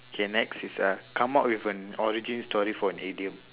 okay next is a come up with an origin story for an idiom